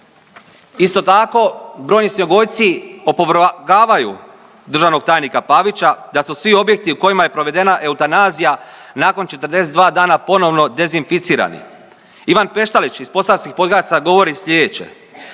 isto tako brojni svinjogojci opovrgavaju državnog tajnika Pavića da su svi objekti u kojima je provedena eutanazija nakon 42 dana ponovo dezinficirani. Ivan Peštalić iz Posavskih Podgajaca govori sljedeće